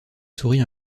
souris